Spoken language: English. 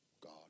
God